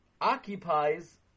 occupies